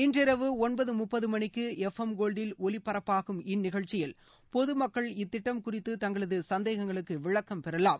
இன்றிரவு ஒன்பது முப்பது மணிக்கு எப் எம் கோவ்டில் ஒலிபரப்பாகும் இந்நிகழ்ச்சியில் பொதுமக்கள் இத்திட்டம் குறித்த தங்களது சந்தேகங்களுக்கு விளக்கம் பெறலாம்